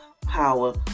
power